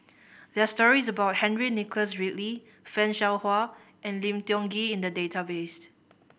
there are stories about Henry Nicholas Ridley Fan Shao Hua and Lim Tiong Ghee in the database